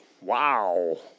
Wow